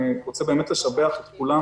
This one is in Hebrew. אני רוצה באמת לשבח את כולם